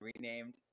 renamed